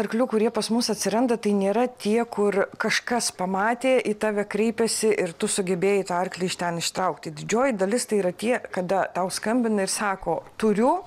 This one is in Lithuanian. arklių kurie pas mus atsiranda tai nėra tie kur kažkas pamatė į tave kreipėsi ir tu sugebėjai tą arklį iš ten ištraukti didžioji dalis tai yra tie kada tau skambina ir sako turiu